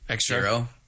Zero